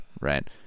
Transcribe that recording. right